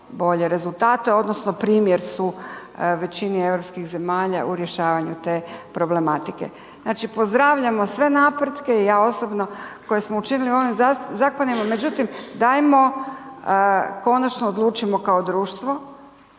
odnosno primjer su većini europskih zemalja u rješavanju te problematike. Znači pozdravljamo sve napretke i ja osobno koje smo učinili u ovim zakonima, međutim dajmo konačno odlučimo kao društvo